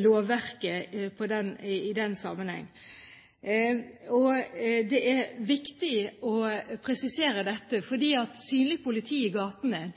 lovverket i den sammenheng. Det er viktig å presisere dette, for synlig politi i gatene